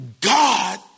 God